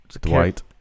Dwight